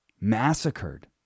massacred